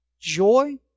joy